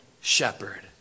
shepherd